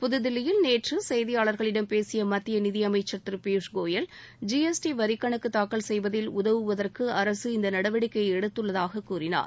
புது தில்லியில் நேற்று செய்தியாளர்களிடம் பேசிய மத்திய நிதி அமைச்சர் திரு பியூஷ் கோயல் ஜிஎஸ்டி வரிக்கணக்கு தாக்கல் செய்வதில் உதவுவதற்கு அரசு இந்த நடவடிக்கையை எடுத்துள்ளதாக கூறினார்